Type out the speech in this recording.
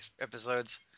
episodes